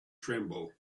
tremble